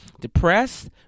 depressed